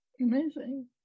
Amazing